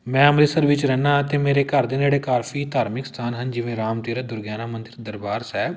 ਮੈਂ ਅੰਮ੍ਰਿਤਸਰ ਵਿੱਚ ਰਹਿੰਦਾ ਅਤੇ ਮੇਰੇ ਘਰ ਦੇ ਨੇੜੇ ਕਾਫੀ ਧਾਰਮਿਕ ਸਥਾਨ ਹਨ ਜਿਵੇਂ ਰਾਮ ਤੀਰਥ ਦੁਰਗਿਆਣਾ ਮੰਦਰ ਦਰਬਾਰ ਸਾਹਿਬ